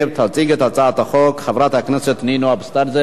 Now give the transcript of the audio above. תציג את הצעת החוק חברת הכנסת נינו אבסדזה.